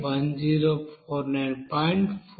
4 kilocalorie